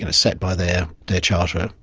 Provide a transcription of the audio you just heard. and set by their their charter,